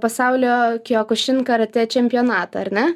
pasaulio kiokušin karatė čempionatą ar ne